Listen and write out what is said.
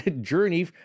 journey